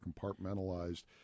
compartmentalized